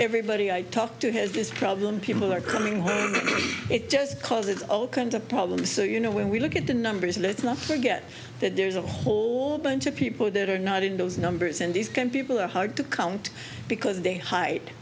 everybody i talk to has this problem people are coming here it just causes all kinds of problems so you know when we look at the numbers let's not forget that there's a whole bunch of people that are not in those numbers and these people are hard to count because they height